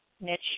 niche